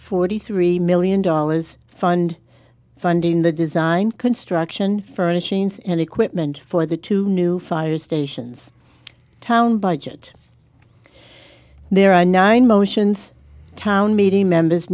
forty three million dollars fund funding the design construction furnishings and equipment for the two new fire stations town budget there are nine motions town